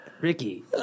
Ricky